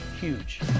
huge